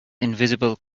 invisible